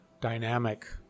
dynamic